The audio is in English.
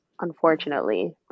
unfortunately